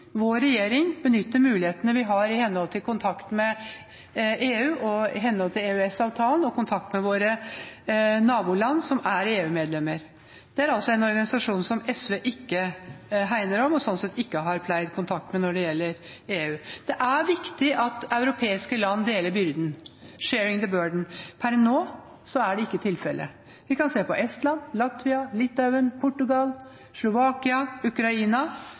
vår regjering benytter mulighetene vi har når det gjelder å ha kontakt med EU – i henhold til EØS-avtalen – og våre naboland, som er EU-medlemmer. Det er altså en organisasjon som SV ikke hegner om og sånn sett ikke har pleid kontakt med, når det gjelder EU. Det er viktig at europeiske land deler byrden – «sharing the burden». Per nå er det ikke tilfellet. Vi kan se på Estland, Latvia, Litauen, Portugal, Slovakia, Ukraina